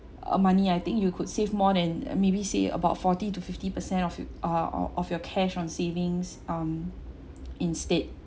uh money I think you could save more than uh maybe say about forty to fifty per cent of you uh of of your cash on savings um instead